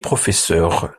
professeure